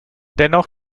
dennoch